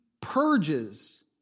purges